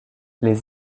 les